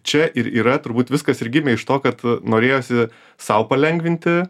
čia ir yra turbūt viskas ir gimė iš to kad norėjosi sau palengvinti